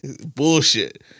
bullshit